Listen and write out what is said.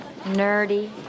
nerdy